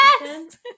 Yes